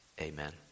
Amen